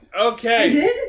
okay